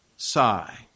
sigh